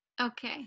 okay